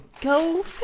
Go